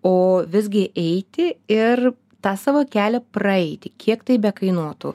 o visgi eiti ir tą savo kelią praeiti kiek tai kainuotų